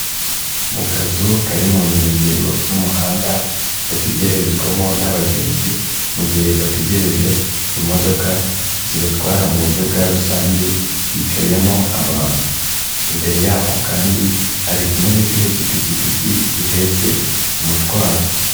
Mu kazu kari mu nkengero z'umuhanda gategererezwamo n'abagenzi mu gihe bategereje imodoka zibatwara mu buryo bwa rusange hicayemo abantu. Imbere y'ako kandi hari ikinyabiziga k'ipikipiki gihetse umutwaro.